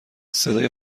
صدای